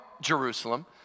Jerusalem